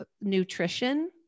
nutrition